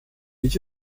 could